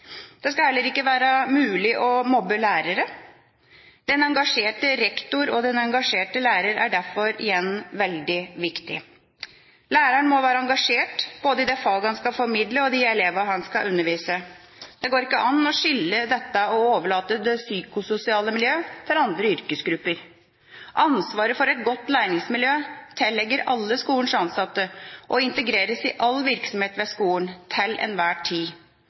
Det skal heller ikke være mulig å mobbe lærere. Den engasjerte rektor og den engasjerte lærer er derfor igjen veldig viktig. Læreren må være engasjert både i det faget han skal formidle og i de elevene han skal undervise. Det går ikke an å skille dette og å overlate det psykososiale miljøet til andre yrkesgrupper. Ansvaret for et godt læringsmiljø tilligger alle skolens ansatte og integreres i all virksomhet ved skolen – til enhver tid.